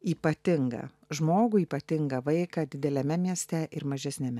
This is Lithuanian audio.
ypatingą žmogų ypatingą vaiką dideliame mieste ir mažesniame